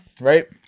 right